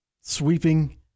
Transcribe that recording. sweeping